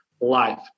life